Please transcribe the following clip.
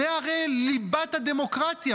זה הרי ליבת הדמוקרטיה.